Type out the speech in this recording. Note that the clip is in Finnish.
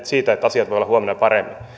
siitä että asiat voivat olla huomenna paremmin